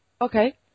Okay